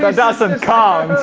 doesn't count!